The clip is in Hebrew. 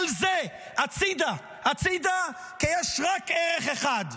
כל זה הצידה, הצידה, כי יש רק ערך אחד: